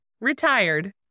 retired